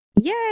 Yay